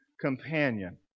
companion